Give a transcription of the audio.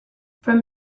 from